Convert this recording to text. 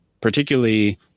particularly